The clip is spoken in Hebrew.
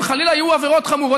אם חלילה יהיו עבירות חמורות,